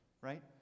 right